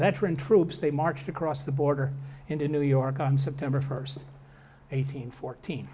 veteran troops they marched across the border into new york on september first eighteen fourteen